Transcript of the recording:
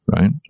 right